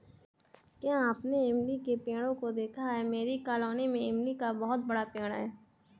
क्या आपने इमली के पेड़ों को देखा है मेरी कॉलोनी में इमली का बहुत बड़ा पेड़ है